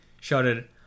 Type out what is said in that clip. shouted